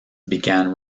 began